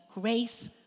grace